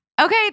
Okay